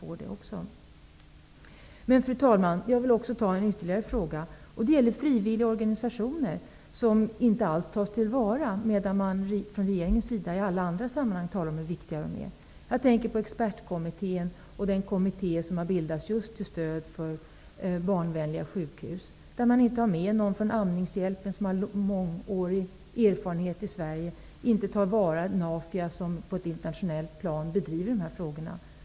Fru talman! Jag vill beröra ytterligare en fråga. Den gäller frivilliga organisationer som inte alls tas till vara, medan man från regeringens sida i alla andra sammanhang talar om hur viktiga de är. Jag tänker på Expertkommittén och den kommitté som har bildats just till stöd för barnvänliga sjukhus, där man inte har med någon från amningshjälpen med mångårig erfarenhet i Sverige och inte tar till vara Nafia, som på ett internationellt plan driver dessa frågor.